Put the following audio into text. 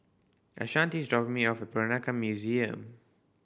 Ashanti is dropping me off Peranakan Museum